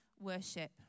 worship